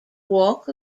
walk